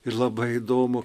ir labai įdomu